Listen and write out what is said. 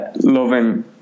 Loving